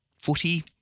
footy